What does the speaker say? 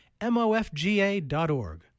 MOFGA.org